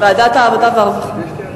ועדת העבודה והרווחה.